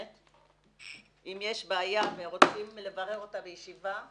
אם יש בעיה ורוצים לברר אותה בישיבה,